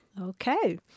Okay